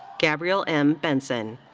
gabrielle m. benson.